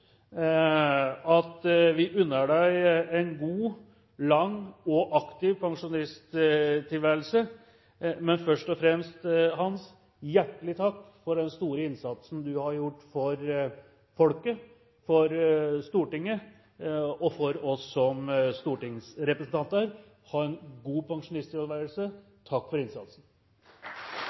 institusjon. Vi unner deg en god, lang og aktiv pensjonisttilværelse, men først og fremst, Hans, hjertelig takk for den store innsatsen du har gjort for folket, for Stortinget og for oss som stortingsrepresentanter. Ha en god pensjonisttilværelse, og takk for innsatsen!